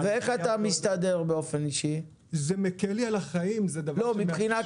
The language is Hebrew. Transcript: ואיך אתה מסתדר מבחינה כלכלית?